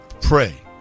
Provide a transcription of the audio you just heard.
Pray